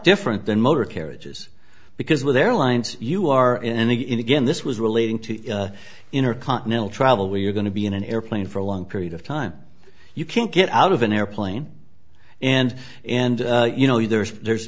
different than motor carriages because with airlines you are in again this was relating to intercontinental travel where you're going to be in an airplane for a long period of time you can't get out of an airplane and and you know there's there's